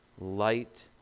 light